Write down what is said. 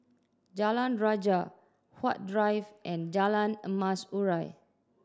Jalan Rajah Huat Drive and Jalan Emas Urai